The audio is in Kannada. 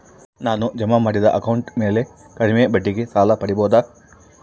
ನಾನು ಜಮಾ ಮಾಡಿದ ಅಕೌಂಟ್ ಮ್ಯಾಲೆ ಕಡಿಮೆ ಬಡ್ಡಿಗೆ ಸಾಲ ಪಡೇಬೋದಾ?